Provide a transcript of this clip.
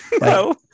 No